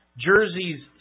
jerseys